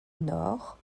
nord